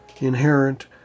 inherent